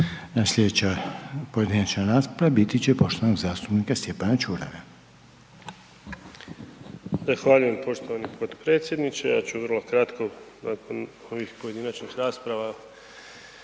Slijedeća pojedinačna rasprava biti će poštovanog zastupnika Stjepana Čuraja. **Čuraj, Stjepan (HNS)** Zahvaljujem poštovani potpredsjedniče, ja ću vrlo kratko nakon ovih pojedinačnih rasprava